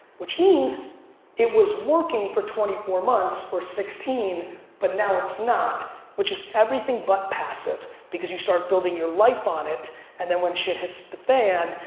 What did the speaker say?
which means it was working for twenty four months or sixteen but now it's not which is everything but passive because you start building your life on it and then when shit hits the fan,